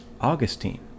Augustine